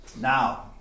now